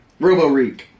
Roboreek